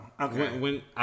okay